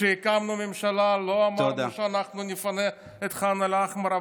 כשהקמנו ממשלה לא אמרנו שאנחנו נפנה את ח'אן אל-אחמר.